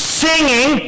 singing